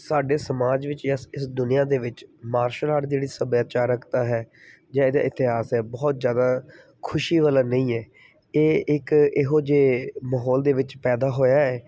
ਸਾਡੇ ਸਮਾਜ ਵਿੱਚ ਇਸ ਇਸ ਦੁਨੀਆਂ ਦੇ ਵਿੱਚ ਮਾਰਸ਼ਲ ਆਰਟ ਜਿਹੜੀ ਸੱਭਿਆਚਾਰਕਤਾ ਹੈ ਜਾ ਇਹਦਾ ਇਤਿਹਾਸ ਹੈ ਬਹੁਤ ਜ਼ਿਆਦਾ ਖੁਸ਼ੀ ਵਾਲਾ ਨਹੀਂ ਹੈ ਇਹ ਇੱਕ ਇਹੋ ਜਿਹੇ ਮਾਹੌਲ ਦੇ ਵਿੱਚ ਪੈਦਾ ਹੋਇਆ ਹੈ